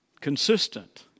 Consistent